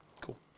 Cool